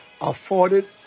afforded